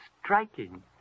striking